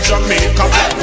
Jamaica